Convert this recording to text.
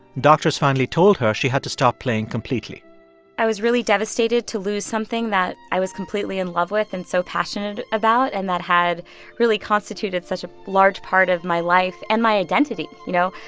doctors finally told her she had to stop playing completely i was really devastated to lose something that i was completely in love with and so passionate about and that had really constituted such a large part of my life and my identity, you know?